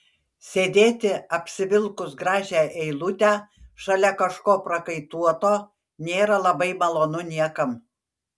sėdėti apsivilkus gražią eilutę šalia kažko prakaituoto nėra labai malonu niekam